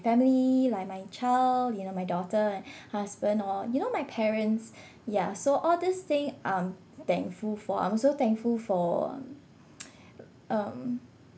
family like my child you know my daughter and husband or you know my parents ya so all these things I'm thankful for I'm also thankful for um